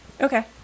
Okay